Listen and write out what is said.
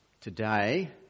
today